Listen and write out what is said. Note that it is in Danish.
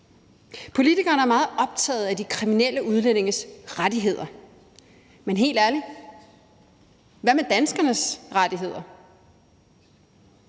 Politikerne er meget optaget af de kriminelle udlændinges rettigheder, men helt ærligt, hvad med danskernes rettigheder?